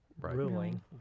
ruling